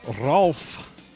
Rolf